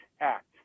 Act